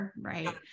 right